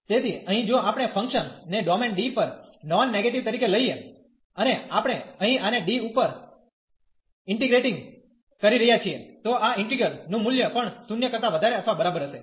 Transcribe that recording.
તેથી અહીં જો આપણે ફંક્શન ને ડોમેન D પર નોન નેગેટીવ તરીકે લઈએ અને આપણે અહીં આને D ઉપર ઇનટીગ્રીટીંગ કરી રહ્યાં છીએ તો આ ઈન્ટિગ્રલ નું મૂલ્ય પણ 0 કરતા વધારે અથવા બરાબર હશે